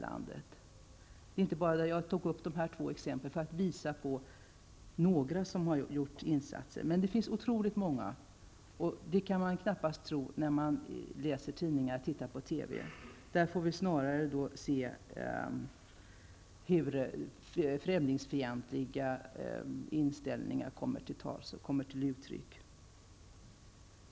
Men det finns otroligt många svenska medborgare som har engagerat sig för flyktingar här i landet. Det kan man knappast tro när man läser tidningar och tittar på TV. Där får vi snarare se hur främlingsfientliga inställningar kommer till uttryck.